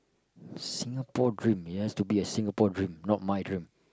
Singapore dream it has to be a Singapore dream not my dream